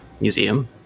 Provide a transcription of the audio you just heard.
museum